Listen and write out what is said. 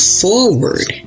forward